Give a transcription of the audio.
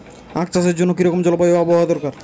আখ চাষের জন্য কি রকম জলবায়ু ও আবহাওয়া দরকার?